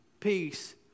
Peace